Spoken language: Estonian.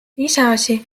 iseasi